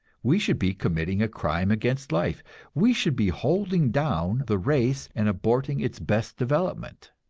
we should be committing a crime against life we should be holding down the race and aborting its best development.